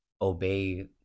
obey